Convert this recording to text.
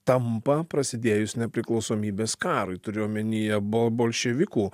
tampa prasidėjus nepriklausomybės karui turiu omenyje buvo bolševikų